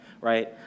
right